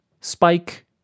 Spike